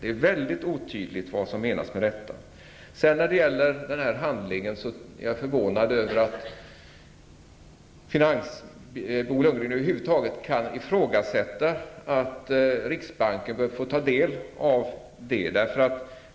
Det är väldigt otydligt vad som menas med detta. Jag är förvånad över att Bo Lundgren över huvud taget kan ifrågasätta att riksbanken bör få ta del av handlingen.